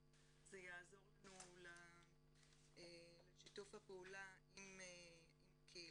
ונקרב, זה יעזור לנו לשיתוף הפעולה עם הקהילה.